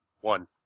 One